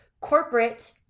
corporate